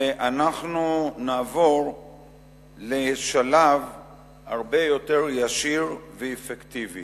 ואנחנו נעבור לשלב הרבה יותר ישיר ואפקטיבי.